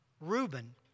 Reuben